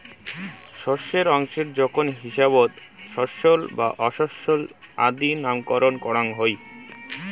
শস্যর অংশের জোখন হিসাবত শস্যল বা অশস্যল আদি নামকরণ করাং হই